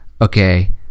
Okay